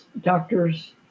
Doctors